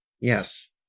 Yes